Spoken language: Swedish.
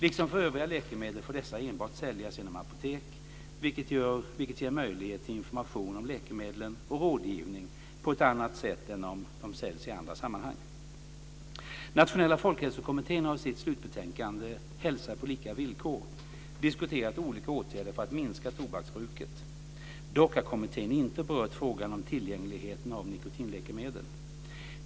Liksom övriga läkemedel får dessa enbart säljas genom apotek, vilket ger möjlighet till information om läkemedlen och rådgivning på ett annat sätt än om de säljs i andra sammanhang. Dock har kommittén inte berört frågan om tillgängligheten av nikotinläkemedel.